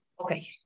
Okay